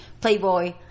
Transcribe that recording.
Playboy